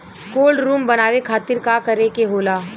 Cold room बनावे खातिर का करे के होला?